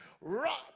Rock